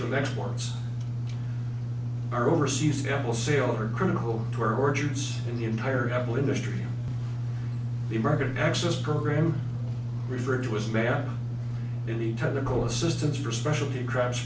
from exports our overseas apple sales are critical to our orchards and the entire apple industry the america access program referred to as map and the technical assistance for specialty cr